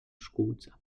szkółce